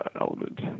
element